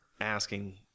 asking